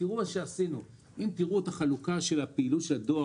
אם תראו את החלוקה של הפעילות של הדואר,